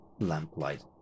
lamplight